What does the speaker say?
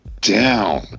Down